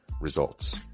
results